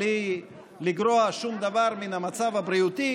בלי לגרוע שום דבר מן המצב הבריאותי.